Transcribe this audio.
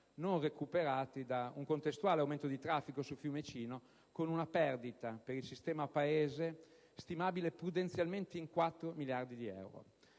non recuperati da un contestuale aumento di traffico su Fiumicino, con una perdita per il sistema Paese stimabile prudenzialmente in 4 miliardi di euro.